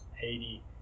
Haiti